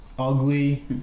Ugly